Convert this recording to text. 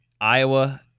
Iowa